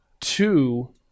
two